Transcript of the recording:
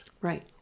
Right